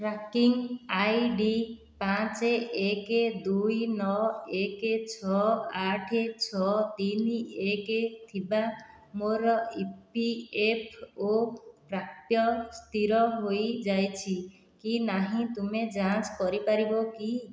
tracking I D ପାଞ୍ଚ ଏକ ଦୁଇ ନଅ ଏକ ଛଅ ଆଠ ଛଅ ତିନି ଏକ ଥିବା ମୋର ଇ ପି ଏଫ୍ ଓ ପ୍ରାପ୍ୟ ସ୍ଥିର ହୋଇଯାଇଛି କି ନାହିଁ ତୁମେ ଯାଞ୍ଚ କରିପାରିବ କି